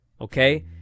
okay